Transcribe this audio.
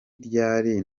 ryari